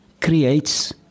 creates